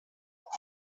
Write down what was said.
doch